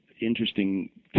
interesting